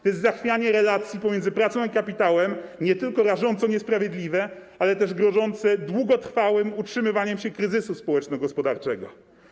To jest zachwianie relacji pomiędzy pracą a kapitałem, nie tylko rażąco niesprawiedliwe, ale też grożące długotrwałym utrzymywaniem się kryzysu społeczno-gospodarczego.